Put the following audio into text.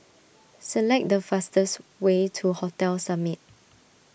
select the fastest way to Hotel Summit